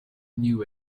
knew